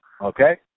Okay